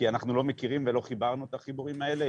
כי אנחנו לא מכירים ולא חיברנו את החיבורים האלה.